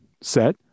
set